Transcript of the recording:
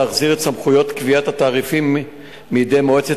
להחזיר את סמכויות קביעת התעריפים מידי מועצת